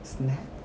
snapchat